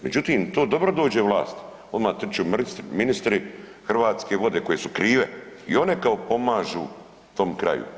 Međutim, to dobro dođe vlasti, odma trče ministri, Hrvatske vode koje su krive i one kao pomažu tom kraju.